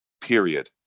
Period